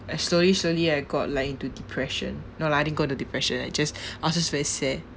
I slowly slowly I got like into depression no lah I didn't go into depression I just I was just very sad